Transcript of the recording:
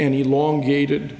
any long gated